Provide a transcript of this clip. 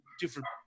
different